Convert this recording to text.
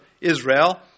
Israel